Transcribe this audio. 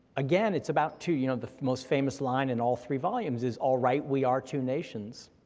again, it's about two, you know the most famous line in all three volumes is, alright, we are two nations,